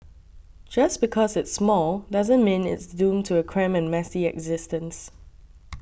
just because it's small doesn't mean it's doomed to a cramped messy existence